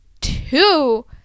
Two